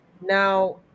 now